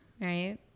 right